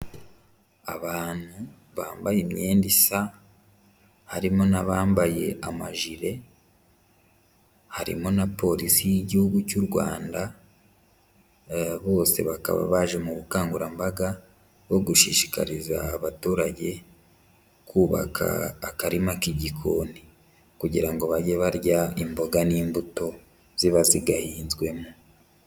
Abantu bambaye imyenda isa, harimo n'abambaye amajire, harimo na polisi y'igihugu cy'u Rwanda, bose bakaba baje mu bukangurambaga bwo gushishikariza abaturage kubaka akarima k'igikoni kugira ngo bajye barya imboga n'imbuto ziba zigahinzwemo.